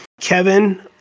Kevin